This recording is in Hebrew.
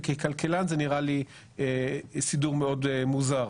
וככלכלן זה נראה לי סידור מאוד מוזר,